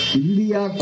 india